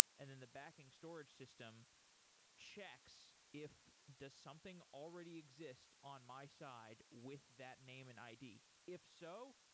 and then the backing storage system checks if does something already exist on my side with that name and id. if so,